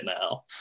now